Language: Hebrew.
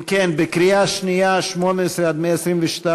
אם כן, בקריאה שנייה, 18 122,